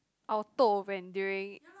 I will toh when during